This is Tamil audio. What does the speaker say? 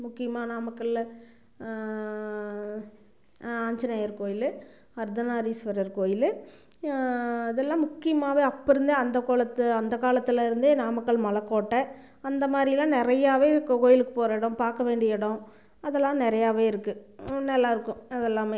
முக்கியமாக நாமக்கல்லில் ஆஞ்சநேயர் கோயில் அர்த்தநாதீஸ்வரர் கோயில் அதெல்லாம் முக்கியமாகவே அப்போருந்தே அந்தக்கோலத்து அந்த காலத்தில் இருந்தே நாமக்கல் மலை கோட்டை அந்த மாதிரியெல்லாம் நிறையாவே கோ கோயிலுக்குப் போகிற இடம் பார்க்க வேண்டிய இடம் அதெல்லாம் நிறையாவே இருக்குது நல்லாயிருக்கும் அதெல்லாமே